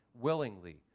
willingly